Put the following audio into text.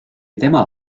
tema